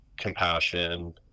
compassion